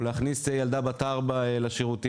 או להכניס ילדה בת 4 לשירותים.